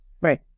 Right